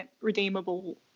redeemable